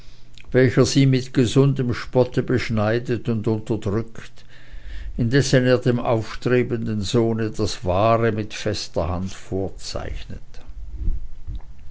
welcher sie mit gesundem spotte beschneidet und unterdrückt indessen er dem aufstrebenden sohne das wahre mit fester hand vorzeichnet